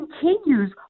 continues